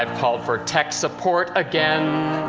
um called for tech support again.